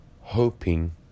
hoping